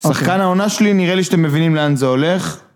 שחקן העונה שלי, נראה לי שאתם מבינים לאן זה הולך.